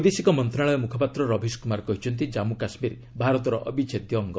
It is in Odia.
ବୈଦେଶିକ ମନ୍ତ୍ରଣାଳୟ ମୁଖପାତ୍ର ରବିଶ କୁମାର କହିଛନ୍ତି କାମ୍ମୁ କାଶ୍ମୀର ଭାରତର ଅବିଚ୍ଛେଦ୍ୟ ଅଙ୍ଗ